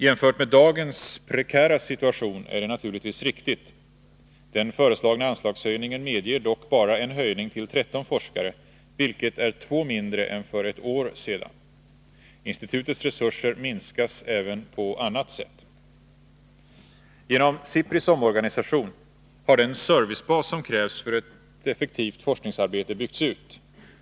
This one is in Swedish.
Jämfört med dagens prekära situation är detta naturligtvis riktigt. Den föreslagna anslagshöjningen medger dock bara en ökning till 13 forskare, vilket är 2 mindre än för ett år sedan. Institutets resurser minskas även på annat sätt. Genom SIPRI:s omorganisation har den servicebas som krävs för ett Nr 101 effektivt forskningsarbete byggts upp.